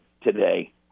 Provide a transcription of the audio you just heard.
today